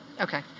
Okay